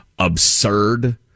absurd